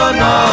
no